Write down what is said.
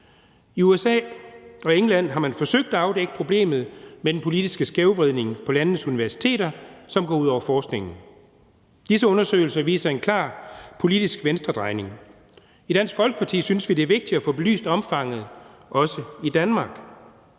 I USA og England har man forsøgt at afdække problemet med den politiske skævvridning på landenes universiteter, som går ud over forskningen. Disse undersøgelser viser en klar politisk venstredrejning. I Dansk Folkeparti synes vi, at det er vigtigt at få belyst omfanget også i Danmark.